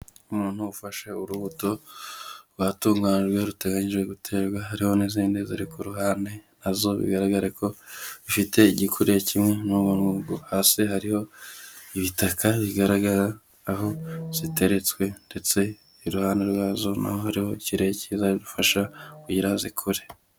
Umuntu ufashe urubuto rwatunganyijwe ruteganyijwe guterwa, hariho n'izindi ziri ku ruhande, na zo bigaragara ko zifite igikuriro kimwe n'ubwo ngubwo. Hasi hariho ibitaka bigaragara aho ziteretswe, ndetse iruhande rwazo na ho hariho ikirere kizazifasha kugira ngo zikure.